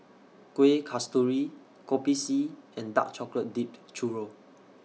Kuih Kasturi Kopi C and Dark Chocolate Dipped Churro